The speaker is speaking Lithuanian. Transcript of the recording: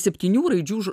septynių raidžių